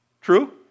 True